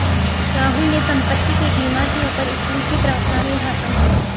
राहुल ने संपत्ति के बीमा के ऊपर स्कूल की प्रार्थना में भाषण दिया